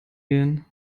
gehen